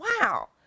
wow